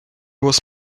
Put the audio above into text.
was